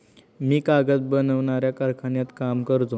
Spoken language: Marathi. मी कागद बनवणाऱ्या कारखान्यात काम करतो